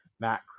Matt